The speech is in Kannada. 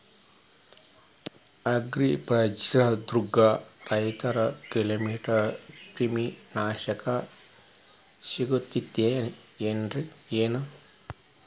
ಅಗ್ರಿಬಜಾರ್ದಾಗ ರೈತರ ಕ್ರಿಮಿ ನಾಶಕ ಸಿಗತೇತಿ ಏನ್?